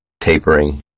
tapering